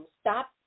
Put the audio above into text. Stop